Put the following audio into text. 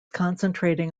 concentrating